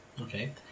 Okay